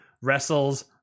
wrestles